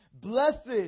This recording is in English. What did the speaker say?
Blessed